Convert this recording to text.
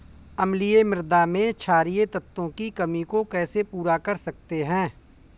अम्लीय मृदा में क्षारीए तत्वों की कमी को कैसे पूरा कर सकते हैं?